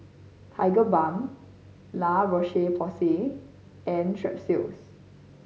Tigerbalm La Roche Porsay and Strepsils